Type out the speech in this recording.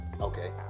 Okay